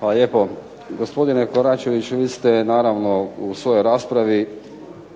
Hvala lijepo. Gospodine Koračeviću vi ste naravno u svojoj raspravi